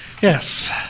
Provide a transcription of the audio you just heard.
Yes